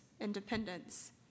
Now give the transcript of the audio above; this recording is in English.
independence